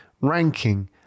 ranking